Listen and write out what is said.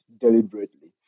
deliberately